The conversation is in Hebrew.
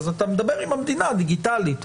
אז אתה מדבר עם המדינה דיגיטלית.